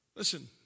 Listen